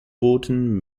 booten